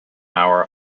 hour